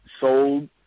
sold